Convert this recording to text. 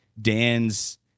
Dan's